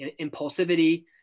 impulsivity